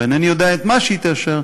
ואינני יודע מה היא תאשר,